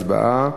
הצבעה.